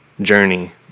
journey